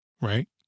right